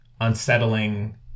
unsettling